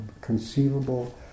conceivable